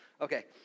Okay